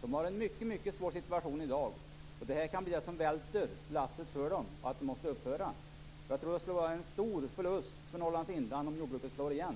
De har en mycket svår situation i dag, och det här kan bli det som välter lasset för dem och innebär att de måste upphöra med sin verksamhet. Jag tror att det skulle vara en stor förlust för Norrlands inland om jordbruket där slår igen.